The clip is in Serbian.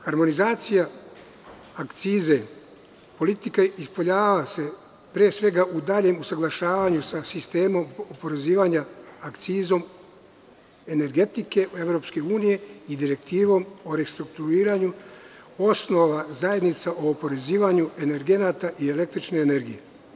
Harmonizacija akcize, politika, pre svega se ispoljava u daljem usaglašavanju sa sistemom oporezivanja akcizom energetike EU i Direktivom o restrukturiranju osnova zajednica o oporezivanju energenata i električne energije.